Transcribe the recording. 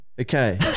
Okay